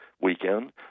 weekend